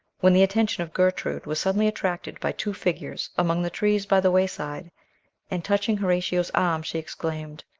when the attention of gertrude was suddenly attracted by two figures among the trees by the wayside and touching horatio's arm, she exclaimed,